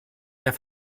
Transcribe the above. der